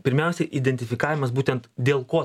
pirmiausia identifikavimas būtent dėl ko